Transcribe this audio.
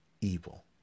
evil